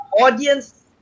audience